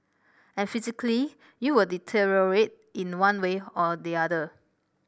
and physically you will deteriorate in one way or the other